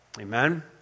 amen